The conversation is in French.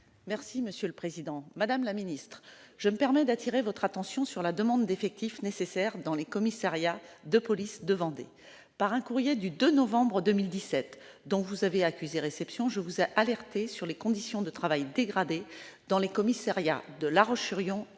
ministre de l'intérieur. Madame la ministre, je me permets d'attirer votre attention sur la demande d'effectifs nécessaires dans les commissariats de police de Vendée. Par un courrier en date du 2 novembre 2017, dont vous avez accusé réception, je vous ai alertée sur les conditions de travail dégradées dans les commissariats de La Roche-sur-Yon et des